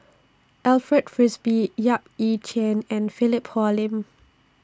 Alfred Frisby Yap Ee Chian and Philip Hoalim